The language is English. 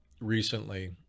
recently